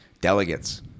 delegates